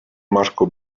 marco